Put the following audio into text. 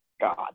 God